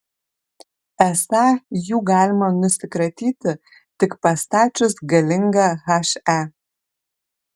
esą jų galima nusikratyti tik pastačius galingą he